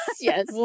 Yes